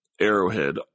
Arrowhead